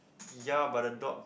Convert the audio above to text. ya but the dog